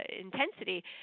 intensity